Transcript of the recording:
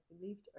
believed